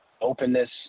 openness